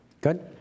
Good